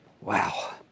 Wow